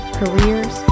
careers